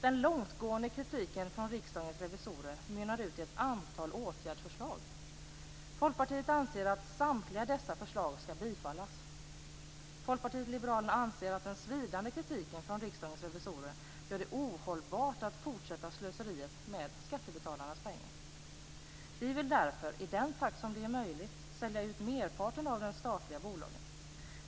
Den långtgående kritiken från Riksdagens revisorer mynnar ut i ett antal åtgärdsförslag. Folkpartiet anser att samtliga dessa förslag skall bifallas. Folkpartiet liberalerna anser att den svidande kritiken från Riksdagens revisorer gör det ohållbart att fortsätta slöseriet med skattebetalarnas pengar. Vi vill därför, i den takt som det är möjligt, sälja ut merparten av de statliga bolagen.